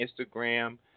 instagram